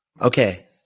Okay